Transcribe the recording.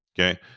Okay